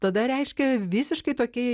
tada reiškia visiškai tokiai